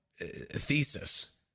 thesis